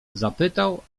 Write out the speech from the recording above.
zapytał